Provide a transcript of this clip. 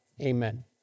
amen